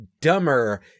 dumber